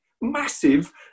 massive